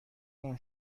اون